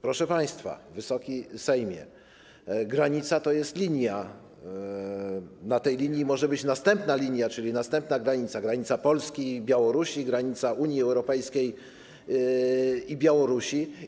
Proszę państwa, Wysoki Sejmie, granica to jest linia, na tej linii może być następna linia, czyli następna granica, granica Polski i Białorusi, granica Unii Europejskiej i Białorusi.